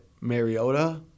Mariota